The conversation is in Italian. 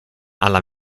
alla